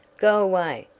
go away!